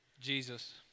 Jesus